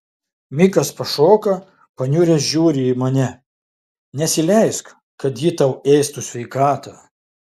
mikas pašoka paniuręs žiūri į mane nesileisk kad ji tau ėstų sveikatą